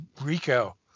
Rico